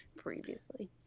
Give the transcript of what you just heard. Previously